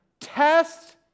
Test